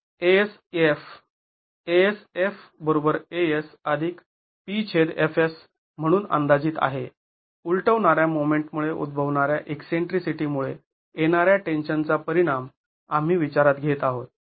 तर eff म्हणून अंदाजीत आहे उलटवणाऱ्या मोमेंटमुळे उद्भवणाऱ्या ईकसेंट्रीसिटी मुळे येणाऱ्या टेन्शनचा परिणाम आम्ही विचारात घेत आहोत